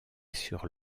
sur